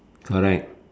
correct